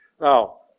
Now